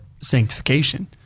sanctification